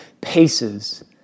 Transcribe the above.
Paces